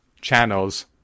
channels